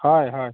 হয় হয়